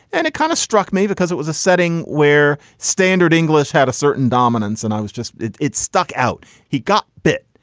and it kind of struck me because it was a setting where standard english had a certain dominance. and i was just it it stuck out. he got bit.